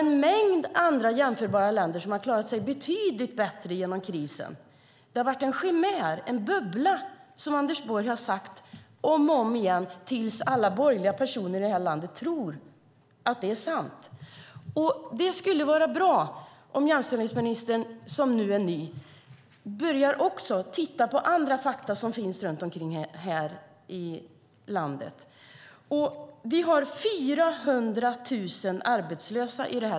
En mängd jämförbara länder har klarat sig betydligt bättre genom krisen. Det har varit en chimär, en bubbla. Anders Borg har sagt det om och om igen, tills alla borgerliga personer i landet trott att det är sant. Det skulle vara bra om jämställdhetsministern, som nu är ny, också började titta på andra fakta som finns runt omkring här i landet. Vi har 400 000 arbetslösa.